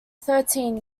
thirteen